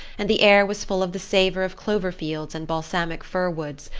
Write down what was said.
and the air was full of the savor of clover fields and balsamic fir woods,